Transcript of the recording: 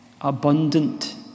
abundant